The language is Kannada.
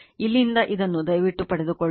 ಇಲ್ಲಿಂದ ಇದನ್ನು ದಯವಿಟ್ಟು ಪಡೆದುಕೊಳ್ಳಿ